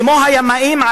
כמו הימאים,